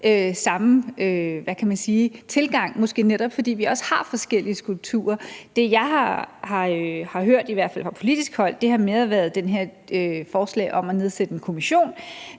samme tilgang, måske netop fordi vi også har forskellige skulpturer. Det, som jeg i hvert fald har hørt fra politisk hold, har mere været det her forslag om at nedsætte en kommission,